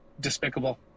despicable